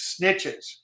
snitches